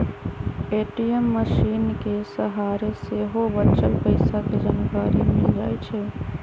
ATM मशीनके सहारे सेहो बच्चल पइसा के जानकारी मिल जाइ छइ